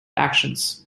actions